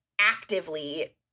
actively